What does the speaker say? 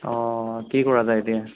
অঁ কি কৰা যায় এতিয়া